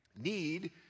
need